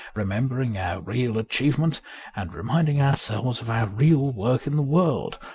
remembering our real achievements and reminding ourselves of our real work in the world.